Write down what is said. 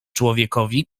człowiekowi